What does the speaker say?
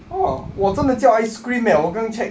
!whoa! !wah! 真的叫 ice cream eh 我刚刚 check